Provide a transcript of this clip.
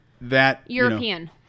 European